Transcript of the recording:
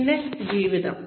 പിന്നെ ജീവിതം